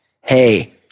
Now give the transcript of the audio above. hey